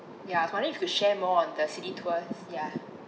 ya I was wondering if you could share more on the city tours ya